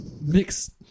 mix